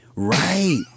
Right